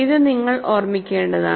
ഇത് നിങ്ങൾ ഓർമ്മിക്കേണ്ടതാണ്